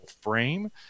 frame